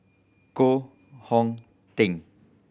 Koh Hong Teng